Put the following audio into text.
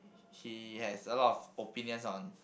he has a lot of opinions on